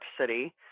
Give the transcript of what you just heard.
City